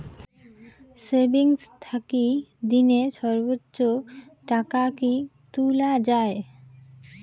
Savings থাকি দিনে সর্বোচ্চ টাকা কি তুলা য়ায়?